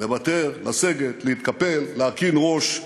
לוותר, לסגת, להתקפל, להרכין ראש.